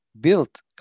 built